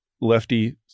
lefty